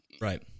right